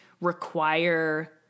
require